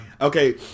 Okay